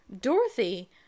dorothy